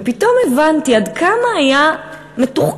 ופתאום הבנתי עד כמה היה מתוחכם,